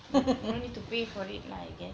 no need to pay for it lah I guess